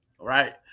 right